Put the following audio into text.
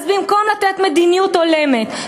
אז במקום לקבוע מדיניות הולמת,